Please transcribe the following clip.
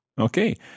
Okay